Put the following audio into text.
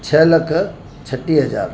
छह लख छटीह हज़ार